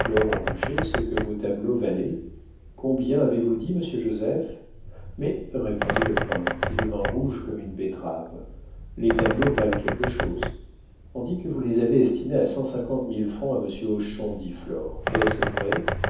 ce que vos tableaux valaient combien avez-vous dit monsieur joseph mais répondit le peintre qui devint rouge comme une betterave les tableaux valent quelque chose on dit que vous les avez estimés à cent cinquante mille francs à monsieur hochon dit flore est-ce vrai